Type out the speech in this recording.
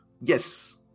Yes